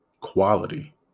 quality